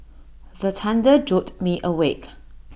the thunder jolt me awake